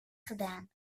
gedaan